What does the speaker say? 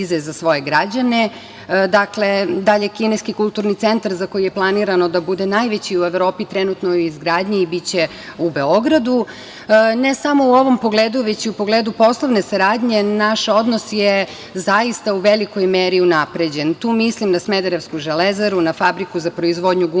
za svoje građane. Dalje, Kineski kulturni centar, za koji je planirano da bude najveći u Evropi, trenutno je u izgradnji i biće u Beogradu. Ne samo u ovom pogledu, već i u pogledu poslovne saradnje naš odnos je zaista u velikoj meri unapređen. Tu mislim na smederevsku „Železaru“, na fabriku za proizvodnju guma